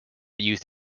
used